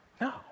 No